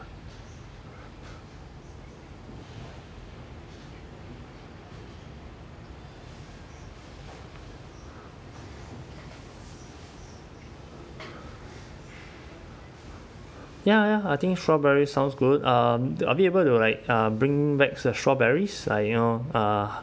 ya ya I think strawberry sounds good um are we able to like uh bring back the strawberries uh like you know uh